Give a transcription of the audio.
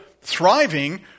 thriving